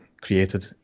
created